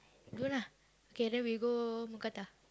good ah okay then we go mookata